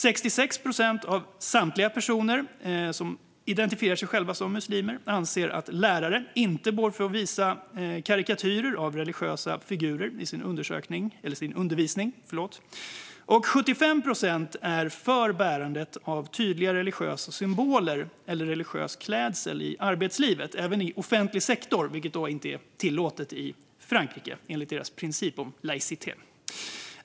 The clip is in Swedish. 66 procent av samtliga personer som identifierar sig själva som muslimer anser att lärare inte bör få visa karikatyrer av religiösa figurer i sin undervisning, och 75 procent är för bärandet av tydliga religiösa symboler eller religiös klädsel i arbetslivet, även i offentlig sektor, vilket inte är tillåtet i Frankrike enligt deras princip om laïcité.